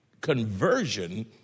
conversion